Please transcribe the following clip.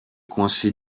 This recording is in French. coincé